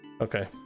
okay